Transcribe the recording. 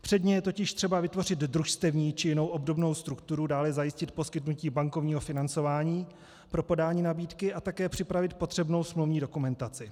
Předně je totiž třeba vytvořit družstevní či jinou obdobnou strukturu, dále zajistit poskytnutí bankovního financování pro podání nabídky a také připravit potřebnou smluvní dokumentaci.